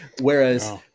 whereas